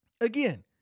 again